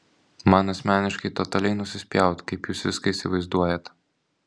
man asmeniškai totaliai nusispjaut kaip jūs viską įsivaizduojat